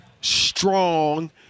strong